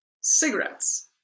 cigarettes